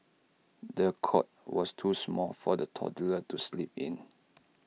the cot was too small for the toddler to sleep in